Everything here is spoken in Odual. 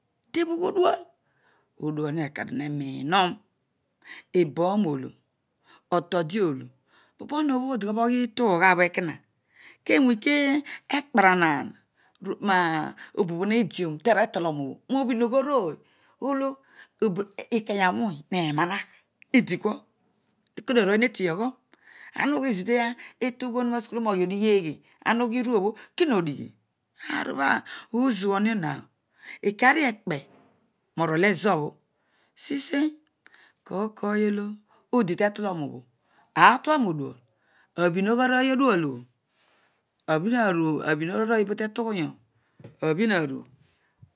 Tebughodual, odual hekan hepin hon ebooro olo otodi oolo bobon obhood kuabho itughabho ekoma kenuke kpara hah pa obobho idion tetoloroan obho ubhinogh arooy ekeyaar uwony wepanagh idikiha kedio arooy heteyaghuro ana uhu zodia itugha bho asukul ohuroa rooghi odighueghe ara ughi uruobho kihodighi aar obho iizuan dio, ikario ekpe roorol ezobho siseh kooy olo oditetolon obho aatua reofual abhin arooy odual abhi arooy olo tetufhu yaro abhi aru.